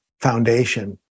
foundation